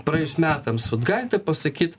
praėjus metams vat galite pasakyt